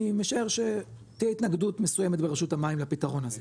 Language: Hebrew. אני משער שתהיה התנגדות מסוימת ברשות המים לפתרון הזה.